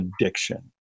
addiction